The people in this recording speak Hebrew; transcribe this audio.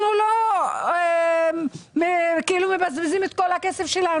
אנחנו לא מבזבזים את כל הכסף שלנו.